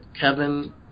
Kevin